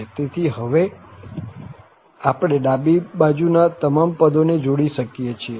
તેથી હવે આપણે ડાબી બાજુના તમામ પદોને જોડી શકીએ છીએ